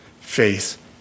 faith